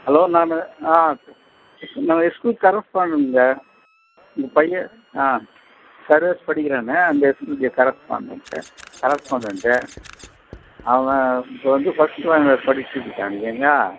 hello நான் ஆ நான் ஸ்கூல் கரஸ்பாண்டண்டுங்க உங்கள் பையன் ஆ சர்வேஸ் படிக்கிறானே அந்த ஸ்கூலோடைய கரஸ்பாண்டண்ட் ச கரஸ்பாண்டண்ட்டு அவன் இப்போ வந்து ஃபஸ்ட்டு ஸ்டாரண்ட் படிச்சுட்டுருக்கான் இல்லைங்களா